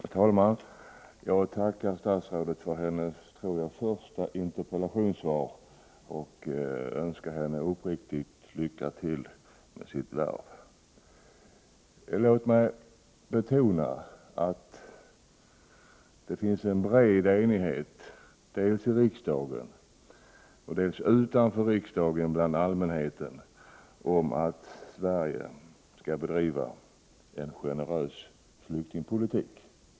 Herr talman! Jag tackar statsrådet för hennes, tror jag, första interpellationssvar och önskar henne uppriktigt lycka till med sitt värv. Låt mig betona att det finns en bred enighet dels i riksdagen, dels utanför riksdagen bland allmänheten om att Sverige skall bedriva en generös flyktingpolitik.